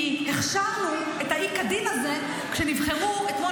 כי הכשרנו את האי-כדין כשנבחרו אתמול